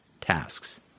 tasks